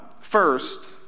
First